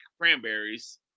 cranberries